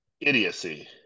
idiocy